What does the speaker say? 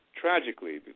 Tragically